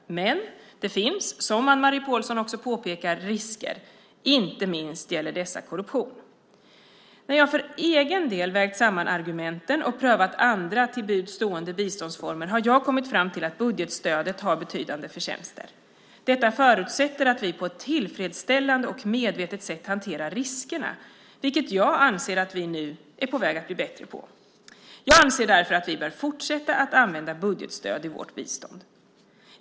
Men det finns, som Anne-Marie Pålsson också påpekat, risker. Inte minst gäller dessa korruption. När jag för egen del vägt samman argumenten, och prövat andra till buds stående biståndsformer, har jag kommit fram till att budgetstödet har betydande förtjänster. Detta förutsätter att vi på ett tillfredsställande och medvetet sätt hanterar riskerna, vilket jag anser att vi nu blivit bättre på. Jag anser därför att vi bör fortsätta att använda budgetstöd i vårt bistånd.